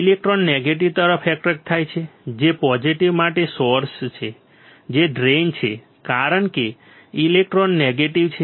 electron negative તરફ attract થાય છે જે પોઝેટીવ માટે સોર્સ છે જે ડ્રેઇન છે કારણ કે ઇલેક્ટ્રોન નેગેટીવ છે